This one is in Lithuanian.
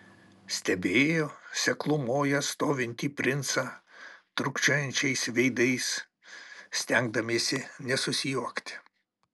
stebėjo seklumoje stovintį princą trūkčiojančiais veidais stengdamiesi nesusijuokti